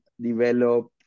develop